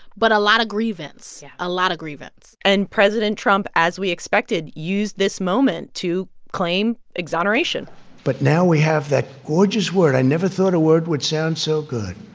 but a lot of grievance yeah a lot of grievance and president trump, as we expected, used this moment to claim exoneration but now we have that gorgeous word i never thought a word would sound so good.